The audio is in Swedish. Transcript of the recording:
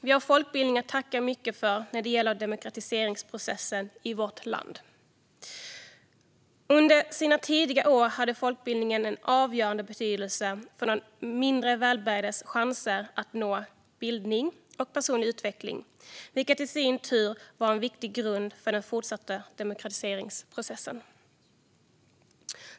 Vi har folkbildningen att tacka för mycket när det gäller demokratiseringsprocessen i vårt land. Under dess tidiga år hade folkbildningen en avgörande betydelse för de mindre välbärgades chanser att nå bildning och personlig utveckling, vilket i sin tur var en viktig grund för den fortsatta demokratiseringsprocessen.